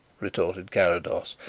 retorted carrados.